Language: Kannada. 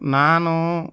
ನಾನು